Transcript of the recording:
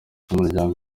umuryango